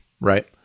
right